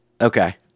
Okay